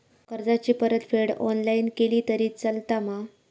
कर्जाची परतफेड ऑनलाइन केली तरी चलता मा?